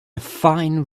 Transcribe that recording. fine